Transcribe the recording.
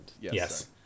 yes